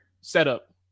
setup